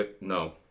no